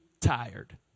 tired